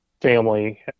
family